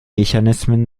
mechanismen